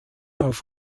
auf